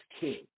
king